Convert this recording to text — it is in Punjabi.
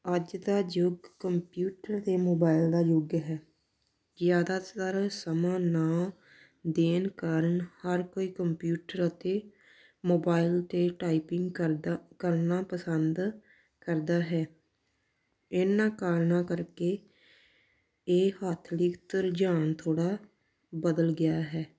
ਅੱਜ ਦਾ ਯੁੱਗ ਕੰਪਿਊਟਰ ਅਤੇ ਮੋਬਾਇਲ ਦਾ ਯੁੱਗ ਹੈ ਜ਼ਿਆਦਾਤਰ ਸਮਾਂ ਨਾ ਦੇਣ ਕਾਰਨ ਹਰ ਕੋਈ ਕੰਪਿਊਟਰ ਅਤੇ ਮੋਬਾਇਲ 'ਤੇ ਟਾਈਪਿੰਗ ਕਰਦਾ ਕਰਨਾ ਪਸੰਦ ਕਰਦਾ ਹੈ ਇਹਨਾਂ ਕਾਰਨਾਂ ਕਰਕੇ ਇਹ ਹੱਥ ਲਿਖਤ ਰੁਝਾਨ ਥੋੜ੍ਹਾ ਬਦਲ ਗਿਆ ਹੈ